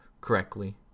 correctly